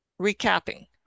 Recapping